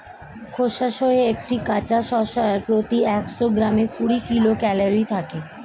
খোসাসহ একটি কাঁচা শসার প্রতি একশো গ্রামে কুড়ি কিলো ক্যালরি থাকে